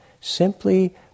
simply